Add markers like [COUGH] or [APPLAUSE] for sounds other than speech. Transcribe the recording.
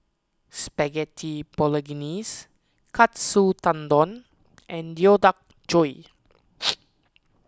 Spaghetti Bolognese Katsu Tendon and Deodeok Gui [NOISE]